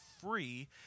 free